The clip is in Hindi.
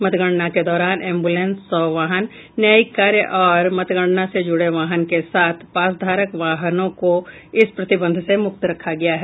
मतगणना के दौरान एम्बुलेंस शव वाहन न्यायिक कार्य और मतगणना से जुड़े वाहन के साथ पासधारक वाहनों को इस प्रतिबंध से मुक्त रखा गया है